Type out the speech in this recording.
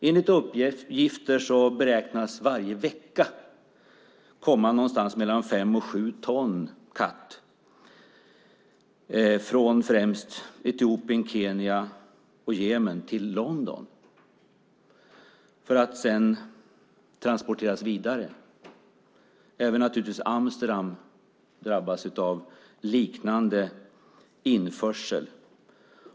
Enligt uppgifter beräknas fem-sju ton kat varje vecka komma till London, främst från Etiopien, Kenya och Jemen, för att sedan transporteras vidare. Även Amsterdam drabbas naturligtvis av en liknande införsel.